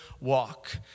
walk